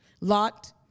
Lot